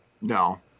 No